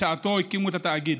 בשעתו הקימו את התאגיד.